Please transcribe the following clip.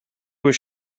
was